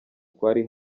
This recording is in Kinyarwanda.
twari